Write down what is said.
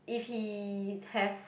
if he have